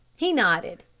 he nodded.